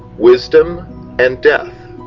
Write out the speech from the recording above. wisdom and death.